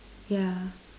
yeah